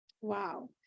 Wow